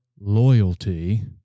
loyalty